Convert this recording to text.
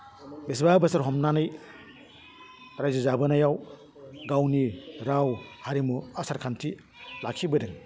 बिसिबा बोसोर हमनानै रायजो जाबोनायाव गावनि राव हारिमु आसार खान्थि लाखिबोदों